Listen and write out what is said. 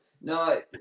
No